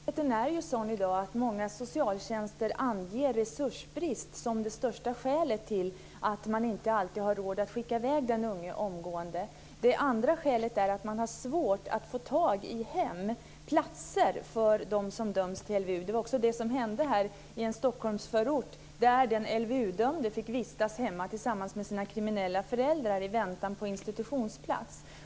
Herr talman! Verkligheten är ju sådan i dag att många socialtjänster anger resursbrist som det största skälet till att man inte alltid har råd att skicka i väg den unge omgående. Det andra skälet är att man har svårt att få tag i hem och platser för dem som döms till LVU. Det var också det som hände här i en Stockholmsförort där den LVU-dömde fick vistas hemma tillsammans med sina kriminella föräldrar i väntan på en institutionsplats.